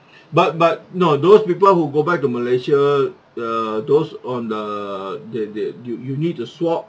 but but no those people who go back to malaysia the those on the they they you you need to swap